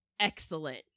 excellent